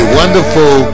wonderful